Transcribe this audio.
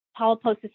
polyposis